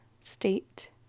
state